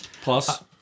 Plus